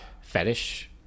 fetish